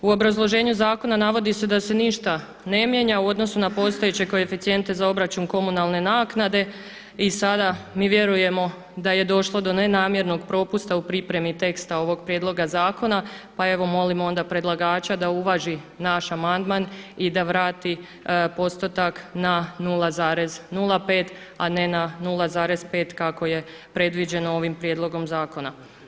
U obrazloženju zakona navodi se da se ništa ne mijenja u odnosu na postojeće koeficijente za obračun komunalne naknade i sada mi vjerujemo da je došlo do nenamjernog propusta u pripremi teksta ovog prijedloga zakona, pa evo onda molimo predlagača da uvaženi naš amandman i da vrati postotak na 0,05, a ne 0,5 kako je predviđeno ovim prijedlogom zakona.